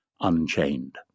Unchained